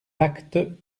actes